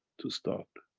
to start.